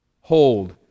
hold